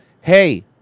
Hey